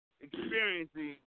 experiencing